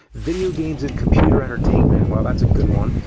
video games and computer entertainment well, that's a good one.